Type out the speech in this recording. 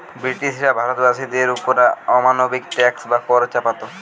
ব্রিটিশরা ভারতবাসীদের ওপর অমানবিক ট্যাক্স বা কর চাপাত